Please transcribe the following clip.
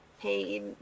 paid